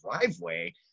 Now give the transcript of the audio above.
driveway